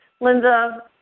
Linda